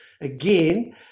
Again